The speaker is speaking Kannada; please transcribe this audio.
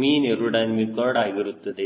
ಮೀನ್ ಏರೋಡೈನಮಿಕ್ ಕಾರ್ಡ್ ಆಗಿರುತ್ತದೆ